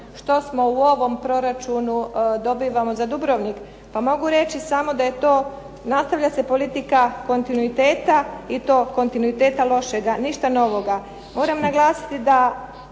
što smo u ovom proračunu dobivamo za Dubrovnik, pa mogu reći da nastavlja se politika kontinuiteta i to kontinuiteta lošega, ništa novoga. Moram naglasiti da